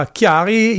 Chiari